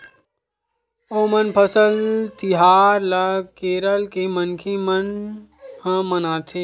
ओनम फसल तिहार ल केरल के मनखे मन ह मनाथे